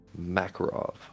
Makarov